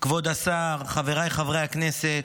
כבוד השר, חבריי חברי הכנסת,